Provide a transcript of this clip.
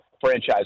franchise